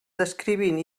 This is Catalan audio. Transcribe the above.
descrivint